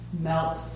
melt